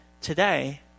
today